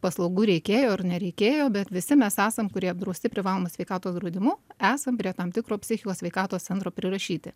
paslaugų reikėjo ar nereikėjo bet visi mes esam kurie apdrausti privalomu sveikatos draudimu esam prie tam tikro psichikos sveikatos centro prirašyti